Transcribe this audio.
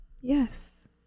Yes